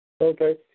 Okay